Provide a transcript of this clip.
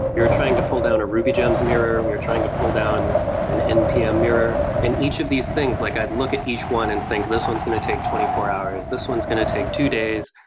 you're trying to pull down a ruby gems mirror, we are trying to pull down an npm mirror. and each of these things, like i'd look at each one and think this one's going to take twenty four hours, this one's going to take two days,